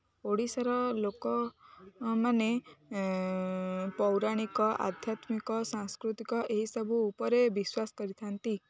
ଓଡ଼ିଶାର ଲୋକମାନେ ପୌରାଣିକ ଆଧ୍ୟାତ୍ମିକ ସାଂସ୍କୃତିକ ଏହିସବୁ ଉପରେ ବିଶ୍ୱାସ କରିଥାନ୍ତି